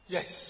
Yes